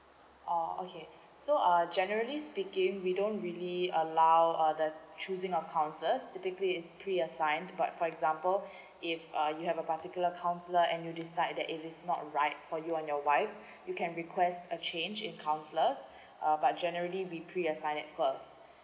ah okay so uh generally speaking we don't really allow uh the choosing of counsellors typically is pre assign but for example if uh you have a particular counsellor and you decide that it is not right for you and your wife you can request a change in counsellors uh but generally we pre assign it first